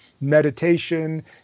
meditation